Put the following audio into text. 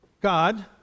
God